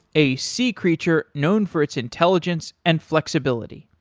a sea creature known for its intelligence and flexibility.